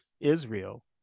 Israel